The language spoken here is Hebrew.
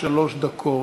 שלוש דקות.